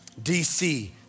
DC